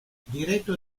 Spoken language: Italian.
diretto